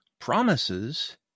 promises